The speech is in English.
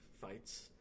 fights